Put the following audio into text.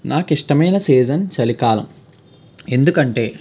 నాకిష్టమైన సీజన్ చలికాలం ఎందుకంటే